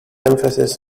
emphasis